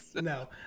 no